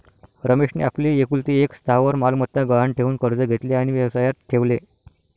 रमेशने आपली एकुलती एक स्थावर मालमत्ता गहाण ठेवून कर्ज घेतले आणि व्यवसायात ठेवले